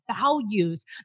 values